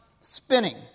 spinning